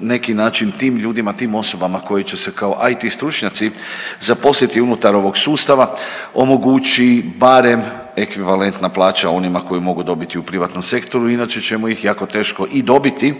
neki način tim ljudima, tim osobama koji će se kao IT stručnjaci zaposliti unutar ovog sustava omogući barem ekvivalentna plaća onima koju mogu dobiti u privatnom sektoru, inače ćemo ih jako teško i dobiti